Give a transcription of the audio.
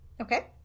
Okay